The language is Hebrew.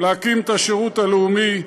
להקים את השירות הלאומי.